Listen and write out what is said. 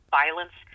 violence